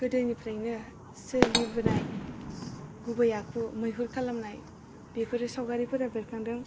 गोदोनिफ्रायनो सोलिबोनाय गुबै आखु मैहुर खालामनाय बेफोरो सावगारिफोरा बेरखांदों